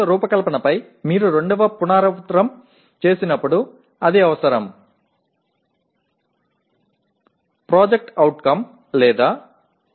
உங்கள் பாடங்களை வடிவமைப்பதில் இரண்டாவது மறு செய்கை செய்யும்போது அது தேவைப்படலாம்